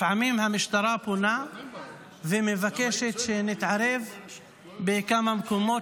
לפעמים המשטרה פונה ומבקשת שנתערב בכמה מקומות,